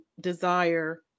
desire